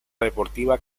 deportiva